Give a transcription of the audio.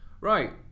Right